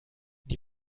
die